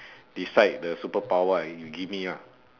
decide the superpower and you give me ah